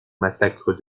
massacre